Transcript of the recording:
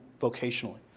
vocationally